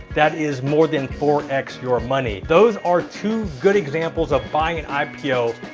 that is more than four x your money. those are two good examples of buying an um